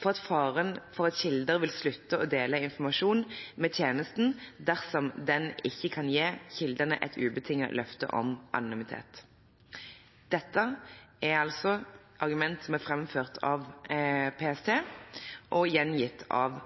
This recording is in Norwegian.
knyttet til faren for at kilder vil slutte å dele informasjon med tjenesten dersom den ikke kan gi kildene et ubetinget løfte om anonymitet. Dette er argument som er framført av PST og gjengitt av